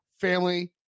family